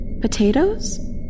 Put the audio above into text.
Potatoes